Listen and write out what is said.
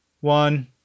one